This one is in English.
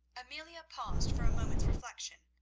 amelia paused for a moment's reflection.